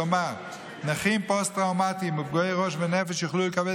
כלומר נכים פוסט-טראומטיים ופגועי ראש ונפש יוכלו לקבל